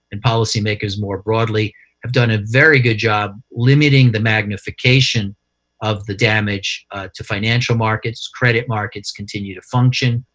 and policymakers more broadly have done a very good job limiting the magnification of the damage to financial markets. credit markets continue to function.